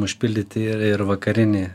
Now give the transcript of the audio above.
užpildyti ir ir vakarinį